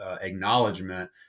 acknowledgement